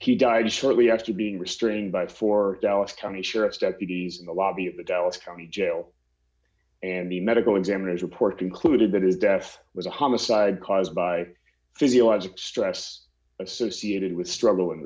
he died shortly after being restrained by four dallas county sheriff's deputies in the lobby of the dallas county jail and the medical examiner's report concluded that is death was a homicide caused by physiologic stress associated with struggl